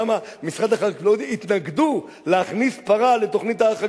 למה משרד החקלאות התנגדו להכנסת פרה לתוכנית "האח הגדול"?